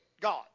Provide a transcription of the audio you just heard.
God